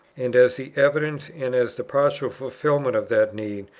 and as the evidence and as the partial fulfilment of that need,